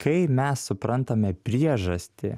kai mes suprantame priežastį